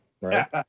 Right